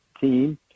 team